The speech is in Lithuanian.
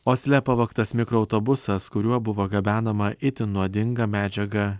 osle pavogtas mikroautobusas kuriuo buvo gabenama itin nuodinga medžiaga